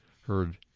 heard